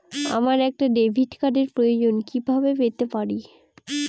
আমার একটা ডেবিট কার্ডের প্রয়োজন কিভাবে পেতে পারি?